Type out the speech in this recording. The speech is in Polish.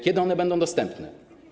Kiedy one będą dostępne?